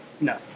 No